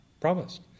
promised